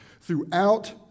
throughout